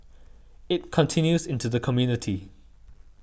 it continues into the community